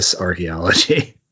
archaeology